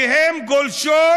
שגולשות